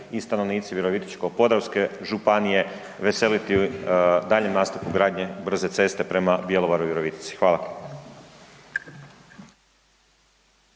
i stanovnici Virovitičko-podravske županije veseliti daljnjem nastavku gradnje brze ceste prema Bjelovaru i Virovitici. Hvala.